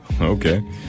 okay